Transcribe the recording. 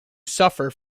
suffer